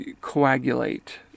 coagulate